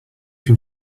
can